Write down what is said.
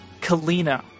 Kalina